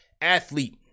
athlete